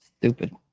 Stupid